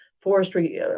forestry